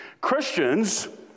Christians